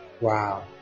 Wow